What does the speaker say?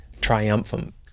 triumphant